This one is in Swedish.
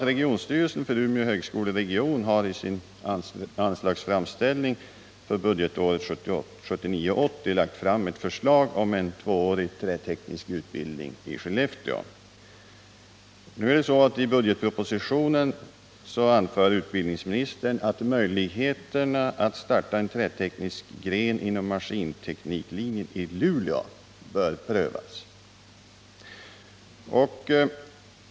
Regionstyrelsen för Umeå högskoleregion har i sin anslagsframställning för budgetåret 1979/80 lagt fram ett förslag om en tvåårig träteknisk utbildning i Skellefteå. I budgetpropositionen anför utbildningsministern att möjligheterna att starta en träteknisk gren inom maskintekniklinjen i Luleå bör prövas.